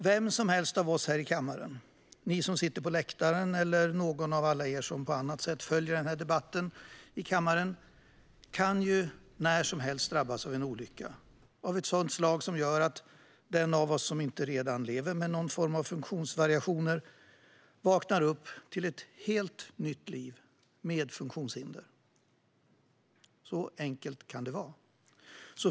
Vem som helst av oss här i kammaren, er på läktaren eller alla er som på annat sätt följer debatten i kammaren kan när som helst drabbas av en olycka av ett sådant slag att den av oss som inte redan lever med någon form av funktionsvariation vaknar upp till ett helt nytt liv med funktionshinder. Så enkelt kan det vara.